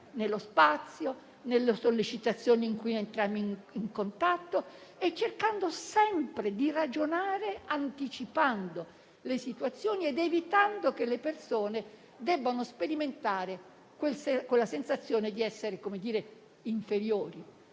nello spazio e nelle sollecitazioni con cui entriamo in contatto, cercando sempre di ragionare anticipando le situazioni ed evitando che le persone debbano sperimentare la sensazione di essere inferiori